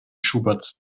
schuberts